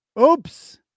Oops